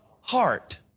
heart